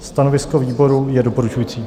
Stanovisko výboru je doporučující.